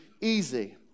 easy